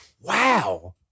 Wow